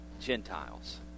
Gentiles